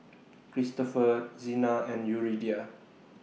Christopher Zina and Yuridia